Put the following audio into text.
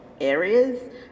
areas